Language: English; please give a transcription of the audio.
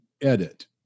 edit